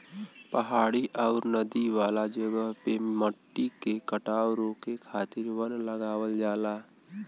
पहाड़ी आउर नदी वाला जगह पे मट्टी के कटाव रोके खातिर वन लगावल जाला